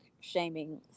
shaming